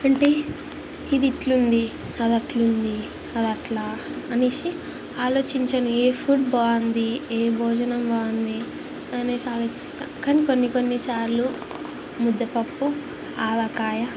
అంటే ఇదిట్లుంది అదట్లుంది అదట్లా అనేసి ఆలోచించను ఏ ఫుడ్ బాగుంది ఈ భోజనం బాగుందిఅనేసి ఆలోచిస్తాను కాని కొన్ని కొన్ని సార్లు ముద్దపప్పు ఆవకాయ